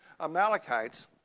Amalekites